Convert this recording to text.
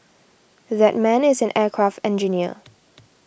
that man is an aircraft engineer